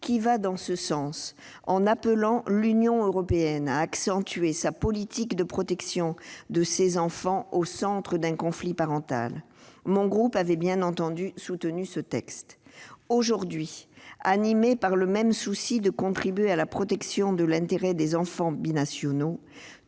qui va dans ce sens en appelant l'Union européenne à accentuer sa politique de protection des enfants qui se trouvent au centre d'un conflit parental. Mon groupe avait bien entendu soutenu ce texte. Aujourd'hui, animés par le même souci de contribuer à la protection de l'intérêt des enfants binationaux,